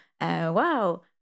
wow